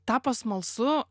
tapo smalsu